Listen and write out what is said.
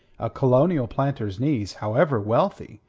a colonial planter's niece, however wealthy,